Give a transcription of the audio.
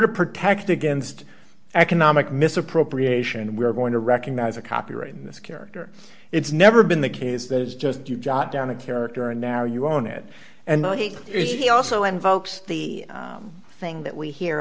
to protect against economic misappropriation we're going to recognize a copyright in this character it's never been the case that is just you jot down a character and now you own it and make it the also invokes the thing that we hear